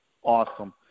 Awesome